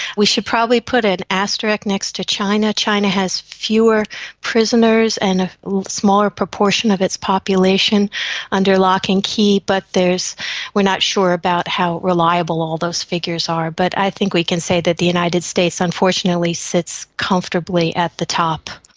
we should probably put an asterisk next to china. china has fewer prisoners and a smaller proportion of its population under lock and key but we are not sure about how reliable all those figures are, but i think we can say that the united states unfortunately sits comfortably at the top.